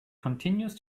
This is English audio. continues